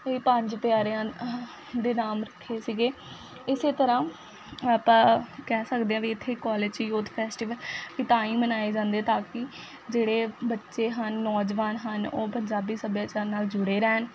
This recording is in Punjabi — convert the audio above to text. ਇਹ ਪੰਜ ਪਿਆਰਿਆਂ ਦੇ ਨਾਮ ਰੱਖੇ ਸੀਗੇ ਇਸ ਤਰ੍ਹਾਂ ਆਪਾਂ ਕਹਿ ਸਕਦੇ ਹਾਂ ਵੀ ਇੱਥੇ ਕਾਲਜ 'ਚ ਯੂਥ ਫੈਸਟੀਵਲ ਵੀ ਤਾਂ ਹੀ ਮਨਾਏ ਜਾਂਦੇ ਤਾਂ ਕਿ ਜਿਹੜੇ ਬੱਚੇ ਹਨ ਨੌਜਵਾਨ ਹਨ ਉਹ ਪੰਜਾਬੀ ਸੱਭਿਆਚਾਰ ਨਾਲ ਜੁੜੇ ਰਹਿਣ